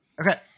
okay